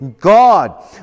God